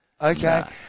Okay